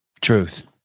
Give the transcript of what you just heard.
Truth